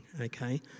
okay